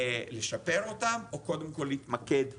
לשפר אותם או קודם כל להתמקד באדומים.